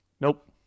Nope